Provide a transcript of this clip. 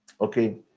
Okay